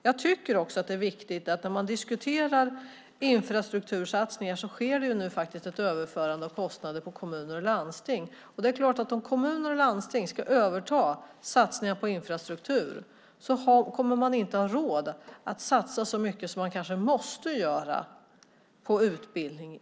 Jag tycker också att det är viktigt när man diskuterar infrastruktursatsningar att säga att det faktiskt sker en överföring av kostnader på kommuner och landsting. Om kommuner och landsting ska överta satsningar på infrastruktur är det klart att de inte kommer att ha råd att satsa så mycket som de kanske måste göra på utbildning.